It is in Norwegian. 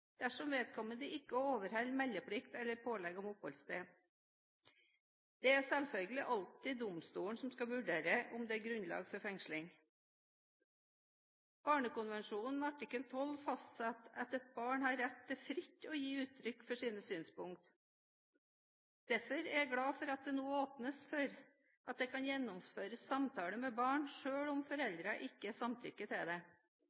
dersom vedkommende ikke overholder meldeplikt eller pålegg om oppholdssted. Det er selvfølgelig alltid domstolen som skal vurdere om det er grunnlag for fengsling. Barnekonvensjonen artikkel 12 fastsetter at et barn har rett til fritt å gi uttrykk for sine synspunkter. Derfor er jeg glad for at det nå åpnes for at det kan gjennomføres samtaler med barn selv om foreldrene ikke samtykker til det,